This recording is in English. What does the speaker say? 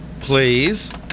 Please